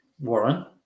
Warren